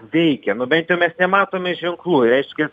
veikia na bent jau mes nematome ženklų reiškia